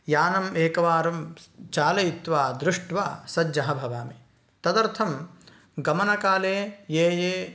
यानम् एकवारं स् चालयित्वा दृष्ट्वा सज्जः भवामि तदर्थं गमनकाले ये ये